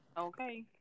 Okay